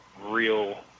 real